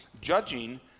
judging